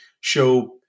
show